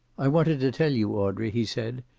i wanted to tell you, audrey, he said,